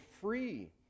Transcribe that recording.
free